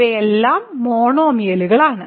ഇവയെല്ലാം മോണോമിയലുകളാണ്